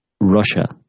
Russia